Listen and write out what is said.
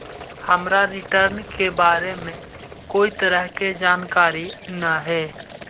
हमरा रिटर्न के बारे में कोई तरह के जानकारी न हे